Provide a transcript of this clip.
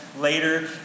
later